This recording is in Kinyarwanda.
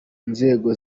nzego